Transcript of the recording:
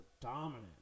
dominant